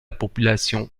population